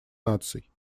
наций